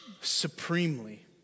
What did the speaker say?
supremely